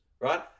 right